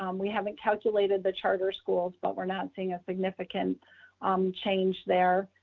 um we haven't calculated the charter schools, but we're not seeing a significant um change there.